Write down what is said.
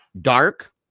dark